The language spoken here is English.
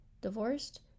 divorced